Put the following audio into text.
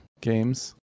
games